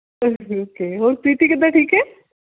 okay ਹੋਰ ਪ੍ਰੀਤੀ ਕਿੱਦਾਂ ਠੀਕ ਹੈ